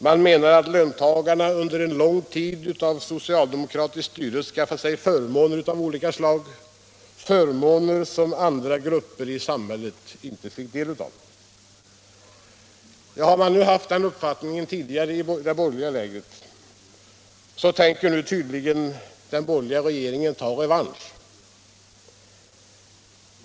Man menade att löntagarna under en lång tid av socialdemokratiskt styre skaffat sig förmåner av olika slag, förmåner som andra grupper i samhället inte fick del av. Har man haft den uppfattningen tidigare i det borgerliga lägret, så tänker nu tydligen den borgerliga regeringen ta revansch.